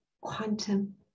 quantum